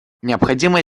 необходимо